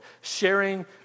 sharing